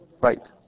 Right